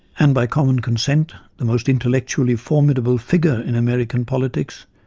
and by common consent the most intellectually formidable figure in american politics,